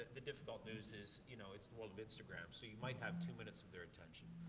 the difficult news is, you know, it's the world of instagram, so you might have two minutes of their attention.